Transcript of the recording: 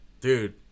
dude